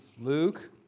Luke